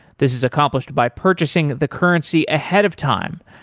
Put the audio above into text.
this is accomplished by purchasing the currency ahead of time.